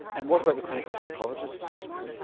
and what about the clinical psychologists' assessment?